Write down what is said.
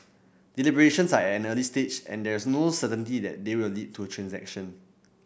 deliberations are at an early stage and there's no certainty they will lead to a transaction